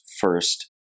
first